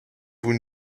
vous